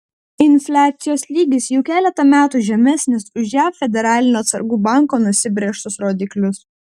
infliacijos lygis jau keletą metų žemesnis už jav federalinio atsargų banko nusibrėžtus rodiklius